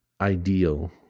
ideal